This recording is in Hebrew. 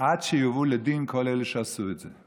עד שיובאו לדין כל אלה שעשו את זה.